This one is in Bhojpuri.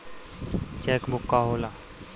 चेक बुक का होला?